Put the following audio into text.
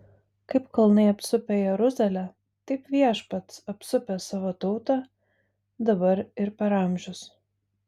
kaip kalnai apsupę jeruzalę taip viešpats apsupęs savo tautą dabar ir per amžius